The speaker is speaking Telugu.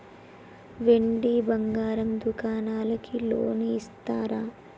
వెండి బంగారం దుకాణానికి లోన్ ఇస్తారా?